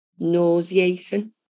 Nauseating